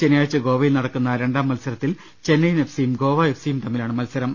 ശനിയാഴ്ച ഗോവയിൽ നടക്കുന്ന രണ്ടാം മത്സരത്തിൽ ചെന്നൈയിൻ എഫ് സിയും ഗോവ എഫ് സിയും തമ്മി ലാണ് മത്സരം